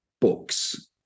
books